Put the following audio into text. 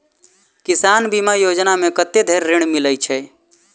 किसान बीमा योजना मे कत्ते धरि ऋण मिलय छै?